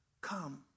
come